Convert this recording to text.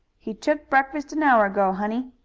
he took breakfast an hour ago, honey.